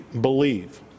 believe